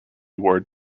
ward